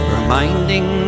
Reminding